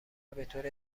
بطور